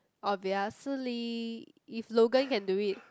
obviously if Logan can do it